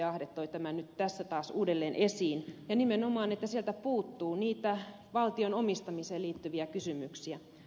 ahde toi tämän nyt tässä taas uudelleen esiin ja nimenomaan että sieltä puuttuu niitä valtion omistamiseen liittyviä kysymyksiä